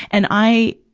and i,